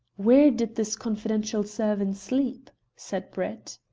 where did this confidential servant sleep? said brett.